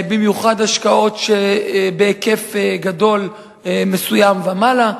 במיוחד השקעות בהיקף גדול מסוים ומעלה.